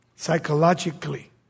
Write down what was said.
Psychologically